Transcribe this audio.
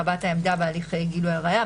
הבעת העמדה בהליך גילוי ראיה,